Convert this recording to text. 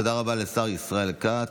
תודה רבה לשר ישראל כץ.